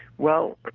well,